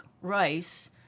rice